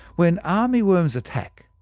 when armyworms attack,